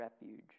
refuge